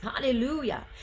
hallelujah